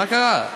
מה קרה?